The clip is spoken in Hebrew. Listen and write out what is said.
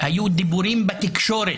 אפשר לדון בזה בכפיפה אחת.